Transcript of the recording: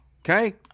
Okay